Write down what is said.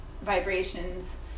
vibrations